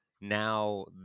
now